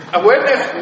awareness